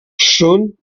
són